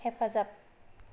हेफाजाब